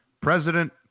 president